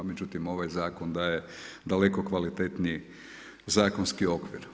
Međutim, ovaj zakon daje daleko kvalitetniji zakonski okvir.